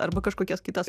arba kažkokias kitas